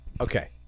Okay